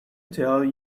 tell